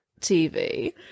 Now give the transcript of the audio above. tv